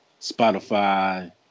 Spotify